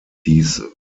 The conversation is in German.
dies